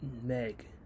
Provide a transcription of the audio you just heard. Meg